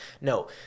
No